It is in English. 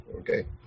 okay